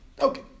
Okay